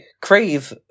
crave